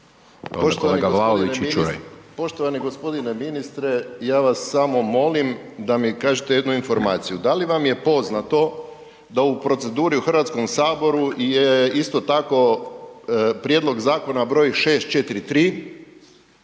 Poštovani g. ministre, ja vas samo molim da mi kažete jednu informaciju. Da li vam je poznato da u proceduri u HS-u je isto tako, prijedlog zakona br. 643